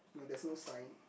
no there's no sign